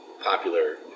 popular